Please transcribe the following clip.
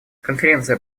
конференция